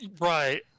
Right